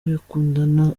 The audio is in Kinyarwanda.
akundana